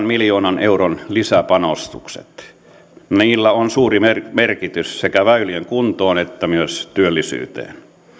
miljoonan euron lisäpanostukset niillä on suuri merkitys sekä väylien kuntoon että myös työllisyyteen